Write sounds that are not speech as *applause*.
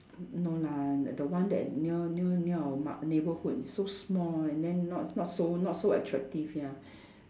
n~ no lah the the one that near near near our mart neighborhood is so small and then not not so not so attractive ya *breath*